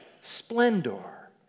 Splendor